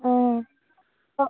অঁ অঁ